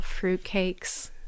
fruitcakes